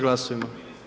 Glasujmo.